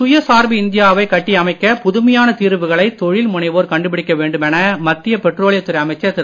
சுயசார்பு இந்தியா வை கட்டி அமைக்க புதுமையான தீர்வுகளை தொழில் முனைவோர் கண்டுபிடிக்க வேண்டுமென பெட்ரோலியத் துறை அமைச்சர் திரு